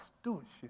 stewardship